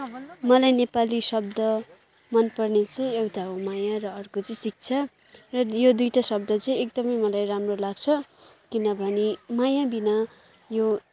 मलाई नेपाली शब्द मनपर्ने चाहिँ एउटा हो माया र अर्को चाहिँ शिक्षा र यो दुइवटा शब्द चाहिँ एकदमै मलाई राम्रो लाग्छ किनभने माया बिना यो